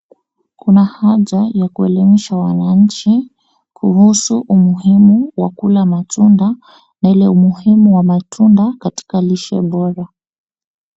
Kuna haja ya kuelimisha wananchi kuhusu umuhimu wa kula matunda na ile umuhimu wa matunda katika lishe bora.